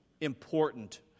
important